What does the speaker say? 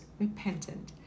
repentant